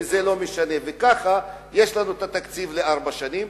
וככה יש לנו תקציב לארבע שנים,